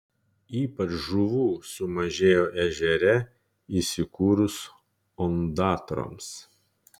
ypač žuvų sumažėjo ežere įsikūrus ondatroms